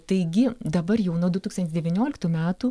taigi dabar jau nuo du tūkstantis devynioliktų metų